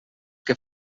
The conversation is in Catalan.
que